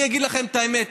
אני אגיד לכם את האמת,